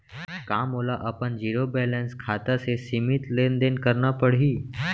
का मोला अपन जीरो बैलेंस खाता से सीमित लेनदेन करना पड़हि?